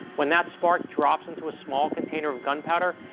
when that spark drops into a small container of gunpowder,